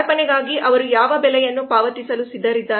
ಅರ್ಪಣೆಗಾಗಿ ಅವರು ಯಾವ ಬೆಲೆಯನ್ನು ಪಾವತಿಸಲು ಸಿದ್ಧರಿದ್ದಾರೆ